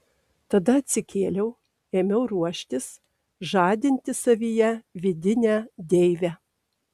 tada atsikėliau ėmiau ruoštis žadinti savyje vidinę deivę